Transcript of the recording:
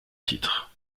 titre